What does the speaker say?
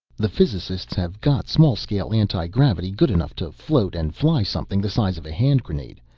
the physicists have got small-scale antigravity good enough to float and fly something the size of a hand grenade.